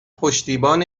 پشتیبان